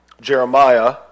Jeremiah